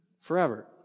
Forever